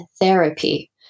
therapy